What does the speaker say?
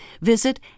visit